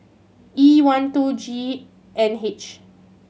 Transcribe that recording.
E one two G N H